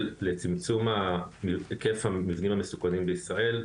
היום לצמצום היקף המבנים המסוכנים בישראל.